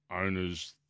owners